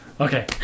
Okay